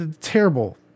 terrible